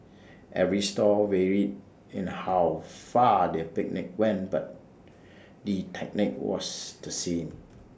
every store varied in how far the picnic went but the technique was the same